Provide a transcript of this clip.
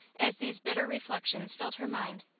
as these bitter reflections filled her mind.